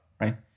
right